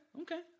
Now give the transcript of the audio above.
Okay